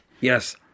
Yes